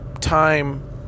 time